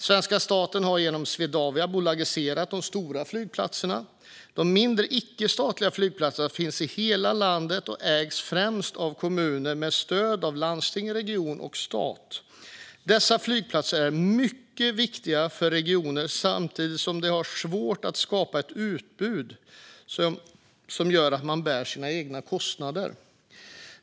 Svenska staten har genom Swedavia bolagiserat de stora flygplatserna. De mindre icke-statliga flygplatserna finns i hela landet och ägs främst av kommunerna med stöd av regionerna och staten. Dessa flygplatser är mycket viktiga för regionerna samtidigt som de har svårare att skapa ett utbud som gör att de bär sina egna kostnader.